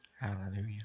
Hallelujah